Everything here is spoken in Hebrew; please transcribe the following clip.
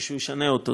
שמישהו ישנה אותו,